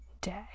day